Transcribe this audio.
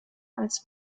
als